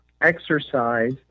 exercise